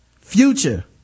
Future